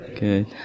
Good